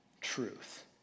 truth